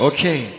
Okay